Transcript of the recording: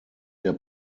der